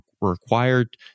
required